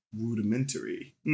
Rudimentary